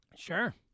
Sure